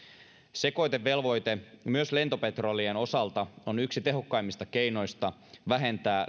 sekoitevelvoite myös lentopetrolien osalta on yksi tehokkaimmista keinoista vähentää